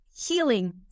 healing